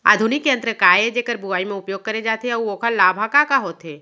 आधुनिक यंत्र का ए जेकर बुवाई म उपयोग करे जाथे अऊ ओखर लाभ ह का का होथे?